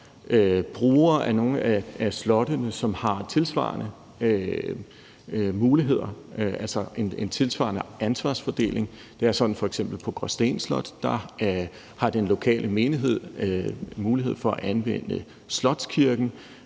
brugere af nogle af slottene, som har tilsvarende muligheder, altså en tilsvarende ansvarsfordeling. Det er f.eks. sådan på Graasten Slot, at den lokale menighed har mulighed for at anvende slotskirken,